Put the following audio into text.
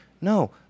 No